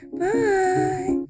bye